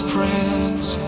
Prince